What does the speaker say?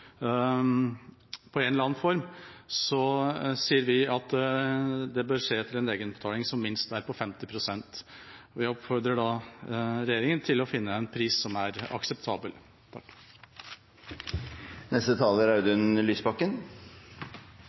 i en eller annen form, sier vi at det bør skje etter en egenbetaling som minst er på 50 pst. Vi oppfordrer regjeringen til å finne en pris som er akseptabel.